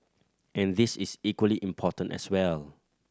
and this is equally important as well